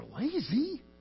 lazy